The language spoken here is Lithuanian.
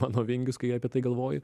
mano vingius kai apie tai galvoji